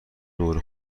دور